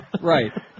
right